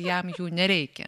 jam jų nereikia